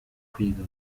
kwiga